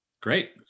Great